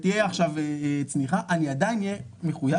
ותהיה עכשיו צניחה אני עדיין אהיה מחויב